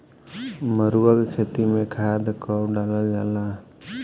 मरुआ के खेती में खाद कब डालल जाला?